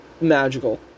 Magical